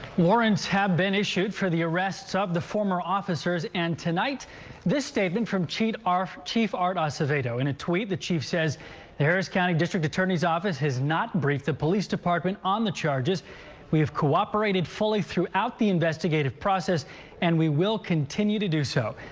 warrants have been issued for the arrests of the former officers and tonight this statement from chief art chief art acevedo in a tweet the chief says the harris county district attorney's office has not briefed the police department on the charges and we have cooperated fillly throughout the investigative process and we will continue to do so.